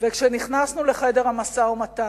וכשנכנסנו לחדר המשא-ומתן,